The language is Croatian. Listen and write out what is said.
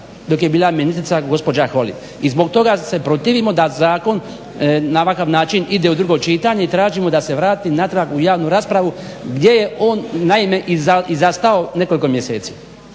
dok je bila ministrica gospođa Holy. I zbog toga se protivimo da zakon na ovakav način ide u drugo čitanje i tražimo da se vrati natrag u javnu raspravu gdje je on naime i zastao nekoliko mjeseci.